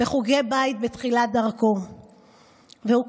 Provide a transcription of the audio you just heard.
בחוגי בית בתחילת דרכו והוקסמתי,